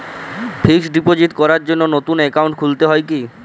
Fix deposit করার জন্য নতুন অ্যাকাউন্ট খুলতে হয় কী?